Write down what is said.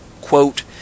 quote